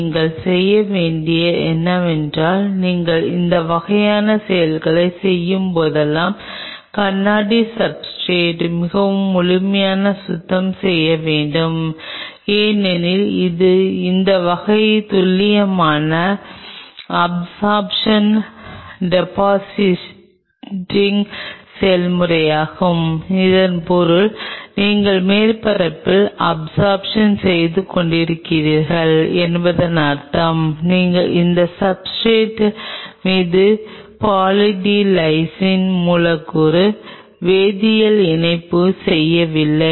நீங்கள் செய்ய வேண்டியது என்னவென்றால் நீங்கள் இந்த வகையான செயல்களைச் செய்யும்போதெல்லாம் கண்ணாடி சப்ஸ்ர்டேட் மிகவும் முழுமையாக சுத்தம் செய்ய வேண்டும் ஏனெனில் இது இந்த வகையான துல்லியமாக அப்சார்ப்ஷன் டெபொசிட்டிங் செயல்முறையாகும் இதன் பொருள் நீங்கள் மேற்பரப்பில் அப்சார்ப்ஷன் செய்து கொண்டிருக்கிறீர்கள் என்பதன் அர்த்தம் நீங்கள் எந்த சப்ஸ்ர்டேட் மீது பாலி டி லைசின் மூலக்கூறு வேதியியல் இணைப்பையும் செய்யவில்லை